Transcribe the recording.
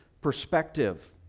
perspective